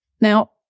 Now